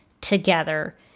together